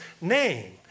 name